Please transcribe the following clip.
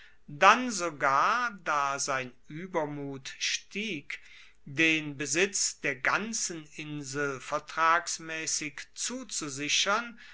dann sogar da sein uebermut stieg den besitz der ganzen insel vertragsmaessig zuzusichern